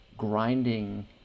grinding